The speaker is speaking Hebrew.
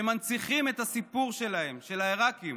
שמנציחים את הסיפור שלהם, של העיראקים.